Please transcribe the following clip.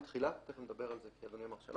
התחילה," תכף נדבר על זה כי אדוני אמר 3